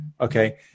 okay